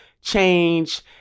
change